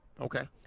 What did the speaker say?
Okay